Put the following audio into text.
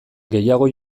gehiago